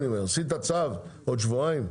עשית צו בעוד שבועיים?